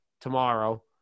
Tomorrow